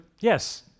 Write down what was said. Yes